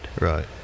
Right